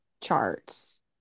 charts